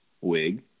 wig